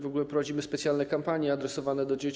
W ogóle prowadzimy specjalne kampanie adresowane do dzieci.